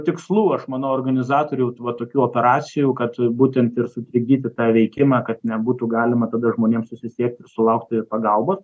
tikslų aš manau organizatorių vat va tokių operacijų kad būtent ir sutrikdyti tą veikimą kad nebūtų galima tada žmonėm susisiekti ir sulaukti pagalbos